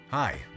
Hi